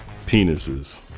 penises